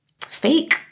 fake